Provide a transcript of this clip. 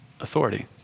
authority